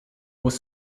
was